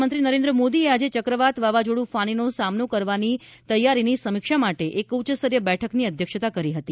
પ્રધાનમંત્રી નરેન્દ્રમોદીએ આજે ચક્રવાત વાવાઝોડું ફાની નો સામનો કરવાની તેયારની સમીક્ષા માટે એક ઉચ્ચસ્તરીય બેઠકની અધ્યક્ષતા કરી હતી